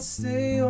stay